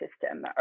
system